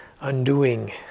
undoing